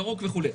ירוק וכו'.